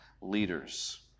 leaders